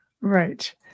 right